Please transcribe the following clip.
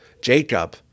Jacob